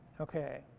Okay